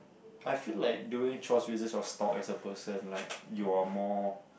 I feel like doing chores raises your stock as a person like you're more